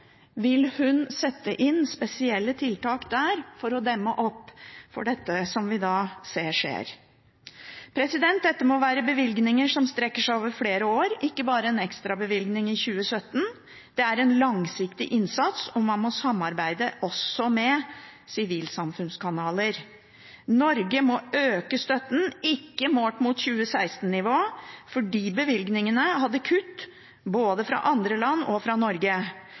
Vil hun sette inn spesielle tiltak der for å demme opp for dette som vi ser skjer? Det må være bevilgninger som strekker seg over flere år, ikke bare en ekstrabevilgning i 2017. Det er en langsiktig innsats, og man må samarbeide også med sivilsamfunnskanaler. Norge må øke støtten, ikke målt mot 2016-nivå, for de bevilgningene hadde kutt både fra andre land og fra Norge.